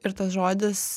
ir tas žodis